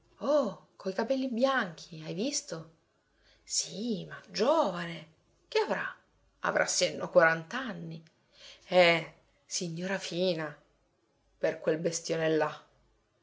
oh coi capelli bianchi hai visto sì ma giovane che avrà avrà sì e no quarant'anni eh signora fina per quel bestione là